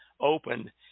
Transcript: open